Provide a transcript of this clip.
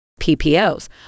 PPOs